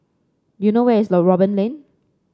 do you know where is low Robin Lane